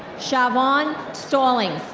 shavonne stalling.